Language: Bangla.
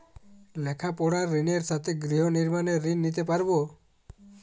লেখাপড়ার ঋণের সাথে গৃহ নির্মাণের ঋণ নিতে পারব?